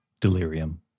delirium